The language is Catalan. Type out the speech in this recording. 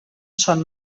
són